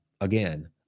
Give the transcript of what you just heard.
again